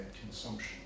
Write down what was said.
consumption